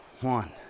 One